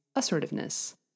Assertiveness